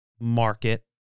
market